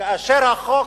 כאשר החוק,